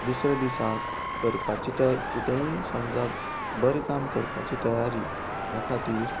दुसरे दिसा करपाचे कितेंय समजा बरें काम करपाची तयारी ह्या खातीर